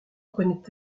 prenait